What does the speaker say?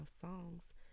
songs